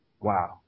Wow